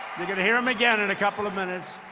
you're going to hear them again in a couple of minutes.